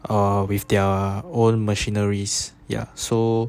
or with their own machineries ya so